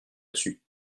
dessus